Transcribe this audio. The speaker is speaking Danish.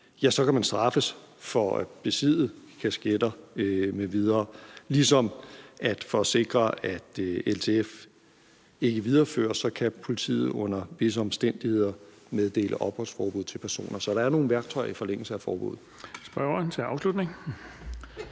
kan man straffes for at besidde kasketten m.v., og ligeledes for at sikre, at LTF ikke videreføres, kan politiet under visse omstændigheder meddele opholdsforbud til personer. Så der er nogle værktøjer i forlængelse af forbuddet.